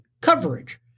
coverage